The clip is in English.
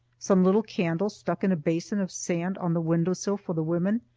some little candles stuck in a basin of sand on the window-sill for the women,